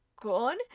Good